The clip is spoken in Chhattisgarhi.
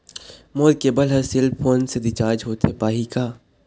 मोर केबल हर सेल फोन से रिचार्ज होथे पाही का?